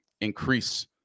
increase